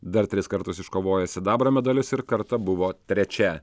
dar tris kartus iškovojo sidabro medalius ir kartą buvo trečia